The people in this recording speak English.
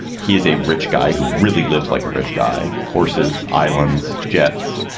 he is a rich guy who really lives like a rich guy horses islands jets.